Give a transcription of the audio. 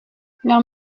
leur